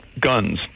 guns